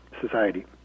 society